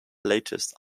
latest